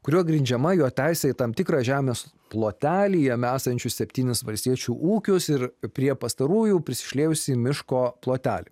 kuriuo grindžiama jo teisė į tam tikrą žemės plotelį jame esančių septinis valstiečių ūkius ir prie pastarųjų prisišliejusį miško plotelį